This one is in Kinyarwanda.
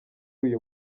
uyu